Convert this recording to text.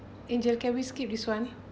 angel can we skip this [one]